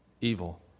evil